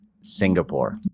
Singapore